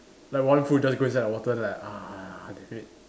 like one foot just go inside the water then like ah damn it